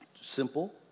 simple